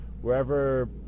wherever